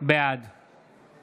בעד